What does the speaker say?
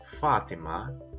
Fatima